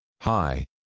Hi